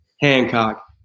Hancock